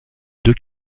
deux